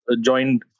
joined